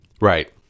Right